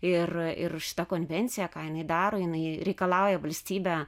ir ir šita konvencija ką jinai daro jinai reikalauja valstybę